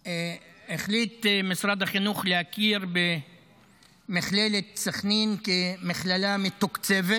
שבועיים החליט משרד החינוך להכיר במכללת סח'נין כמכללה מתוקצבת